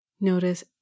Notice